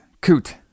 Coot